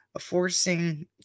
forcing